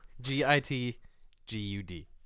G-I-T-G-U-D